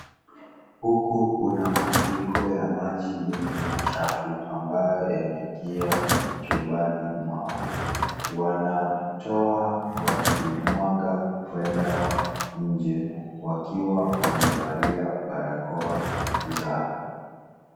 Huku kuna mafuriko ya maji mengi machafu ambao yameingia chumbani mwao, wanatoa wakimwaga kwenda nje wakiwa wamevalia barakoa zao.